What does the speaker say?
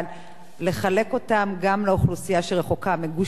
לחלק אותו גם לאוכלוסייה שרחוקה מגוש-דן,